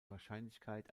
wahrscheinlichkeit